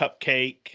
cupcake